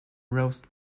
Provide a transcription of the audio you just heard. roast